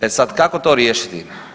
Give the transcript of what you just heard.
E sad, kako to riješiti?